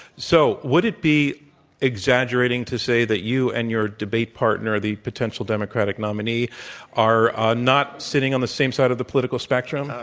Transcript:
so, would it be exaggerating to say that you and your debate partner the potential democratic nominee are not sitting on the same side of the political spectrum?